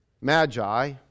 magi